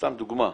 סתם דוגמה,